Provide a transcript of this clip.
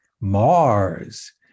Mars